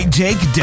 jake